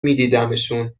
میدیدمشون